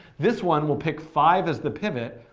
this one will pick five as the pivot,